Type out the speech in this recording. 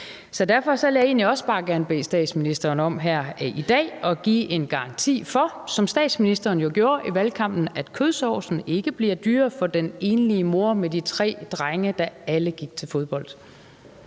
Så derfor vil jeg egentlig bare også gerne bede statsministeren om her i dag at give en garanti for, som statsministeren jo gjorde det i valgkampen, at kødsovsen ikke bliver dyrere for den enlige mor med de tre drenge, der alle gik til fodbold.